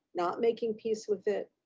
not making peace with it.